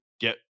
get